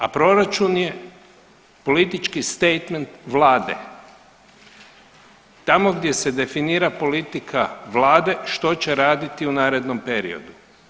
A proračun je politički statement Vlade, tamo gdje se definira politika Vlade što će raditi u narednom periodu.